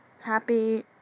happy